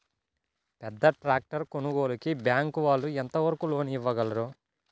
పెద్ద ట్రాక్టర్ కొనుగోలుకి బ్యాంకు వాళ్ళు ఎంత వరకు లోన్ ఇవ్వగలరు?